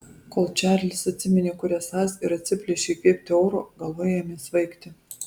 kol čarlis atsiminė kur esąs ir atsiplėšė įkvėpti oro galva ėmė svaigti